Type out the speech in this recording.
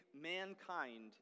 mankind